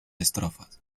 estrofas